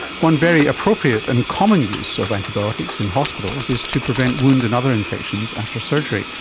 one very appropriate and common use of antibiotics in hospitals is to prevent wound and other infections after surgery,